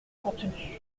contenue